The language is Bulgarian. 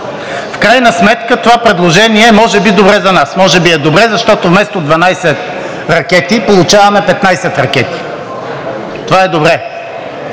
В крайна сметка това предложение може би е добре за нас. Може би е добре, защото вместо 12 ракети получаваме 15 ракети. Това е добре.